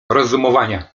rozumowania